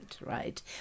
right